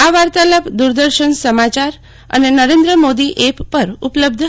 આ વાર્તાલાપ દુરદર્શન સમાચાર અને નરેન્દ્ર મેદી એપ પર ઉપલબ્ધ છે